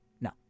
No